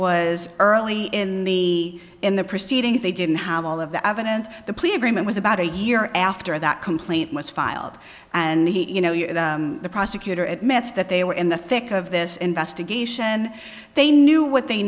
was early in the in the proceedings they didn't have all of the evidence the plea agreement was about a year after that complaint was filed and he you know the prosecutor admits that they were in the thick of this investigation and they knew what they